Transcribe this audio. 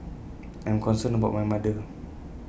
I am concerned about my mother